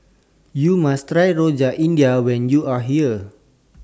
YOU must Try Rojak India when YOU Are here